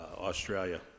Australia